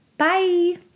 Bye